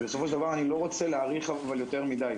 בסופו של דבר אני לא רוצה להאריך יותר מדי.